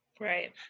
Right